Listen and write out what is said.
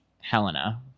Helena